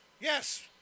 yes